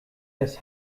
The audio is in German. das